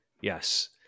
yes